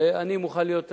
ואני מוכן להיות,